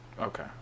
okay